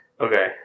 Okay